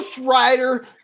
rider